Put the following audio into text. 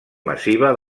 massiva